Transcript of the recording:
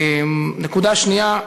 נקודה שנייה,